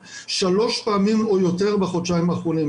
שלוש פעמים או יותר בחודשיים האחרונים,